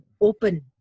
open